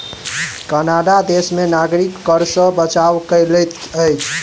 Canada देश में नागरिक कर सॅ बचाव कय लैत अछि